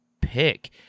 pick